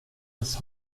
des